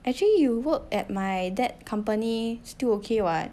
actually you work at my dad company still okay [what]